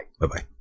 Bye-bye